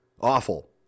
awful